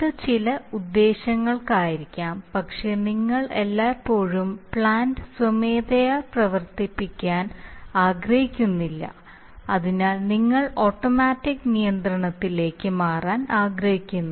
ഇത് ചില ഉദ്ദേശ്യങ്ങൾക്കായിരിക്കാം പക്ഷേ നിങ്ങൾ എല്ലായ്പ്പോഴും പ്ലാന്റ് സ്വമേധയാ പ്രവർത്തിപ്പിക്കാൻ ആഗ്രഹിക്കുന്നില്ല അതിനാൽ നിങ്ങൾ ഓട്ടോമാറ്റിക് നിയന്ത്രണത്തിലേക്ക് മാറാൻ ആഗ്രഹിക്കുന്നു